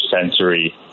sensory